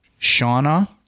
Shauna